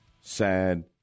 sad